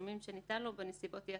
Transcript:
התשלומים שניתן לו ובנסיבות אי-התשלום.